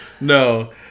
No